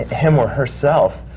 him or herself,